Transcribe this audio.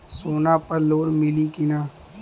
सोना पर लोन मिली की ना?